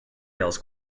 else